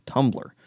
Tumblr